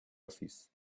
office